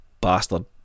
bastard